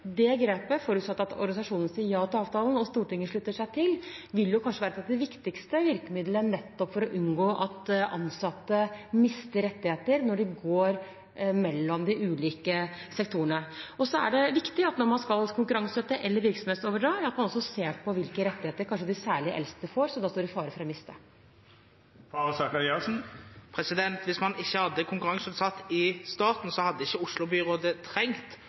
Det grepet, forutsatt at organisasjonene sier ja til avtalen og Stortinget slutter seg til, vil kanskje være et av de viktigste virkemidlene for nettopp å unngå at ansatte mister rettigheter når de går mellom de ulike sektorene. Det som også er viktig når man skal konkurranseutsette eller virksomhetsoverdra, er at man også ser på hvilke rettigheter kanskje særlig de eldste får, som de står i fare for å miste. Hvis man ikke hadde konkurranseutsatt til å begynne med, hadde ikke Oslo-byrådet trengt